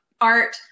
art